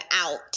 out